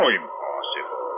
impossible